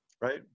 Right